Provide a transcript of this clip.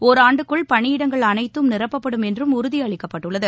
ஒராண்டுக்குள் பணியிடங்கள் அனைத்தும் நிரப்பப்படும் என்றும் உறுதி அளிக்கப்பட்டுள்ளது